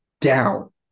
down